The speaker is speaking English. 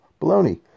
baloney